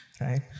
right